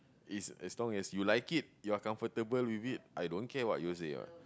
is as long as you like it you're comfortable with it I don't care what you say lah